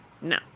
No